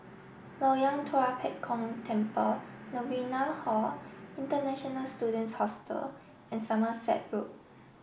Loyang Tua Pek Kong Temple Novena Hall International Students Hostel and Somerset Road